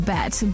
Bet